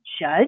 judge